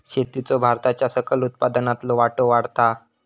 शेतीचो भारताच्या सकल उत्पन्नातलो वाटो वाढता हा